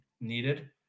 needed